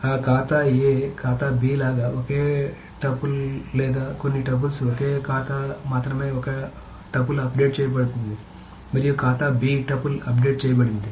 ఆ ఖాతా A ఖాతా B లాగా ఒకే టపుల్ లేదా కొన్ని టపుల్స్ ఒక ఖాతా మాత్రమే ఒక టపుల్ అప్డేట్ చేయబడింది మరియు ఖాతా B టపుల్ అప్డేట్ చేయబడింది